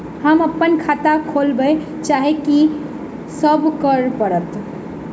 हम अप्पन खाता खोलब चाहै छी की सब करऽ पड़त?